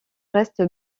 restent